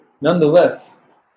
nonetheless